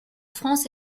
france